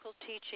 teaching